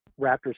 Raptors